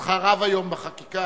ידך רב היום בחקיקה.